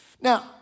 Now